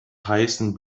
heißen